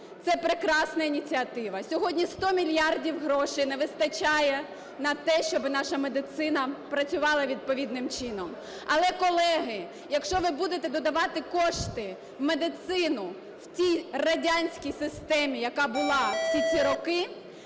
це прекрасна ініціатива. Сьогодні 100 мільярдів грошей не вистачає на те, щоб наша медицина працювала відповідним чином. Але, колеги, якщо ви будете додавати кошти в медицину в тій радянській системі, яка була всі ці роки,